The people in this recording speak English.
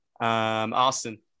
Austin